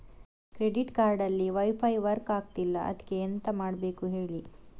credit card ಅಲ್ಲಿ wifi work ಆಗ್ತಿಲ್ಲ ಅದ್ಕೆ ಎಂತ ಮಾಡಬೇಕು ಹೇಳಿ